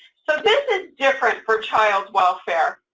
so this is different for child welfare.